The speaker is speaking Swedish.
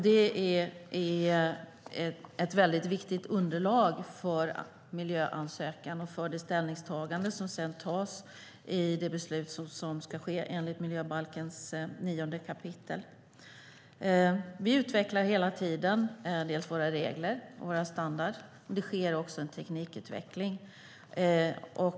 Det är ett väldigt viktigt underlag för miljöansökan och för ställningstagande inför de beslut som ska tas och som ska ske enligt 9 kap. miljöbalken. Vi utvecklar hela tider våra regler och våra standarder. Det sker också en teknikutveckling.